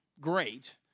great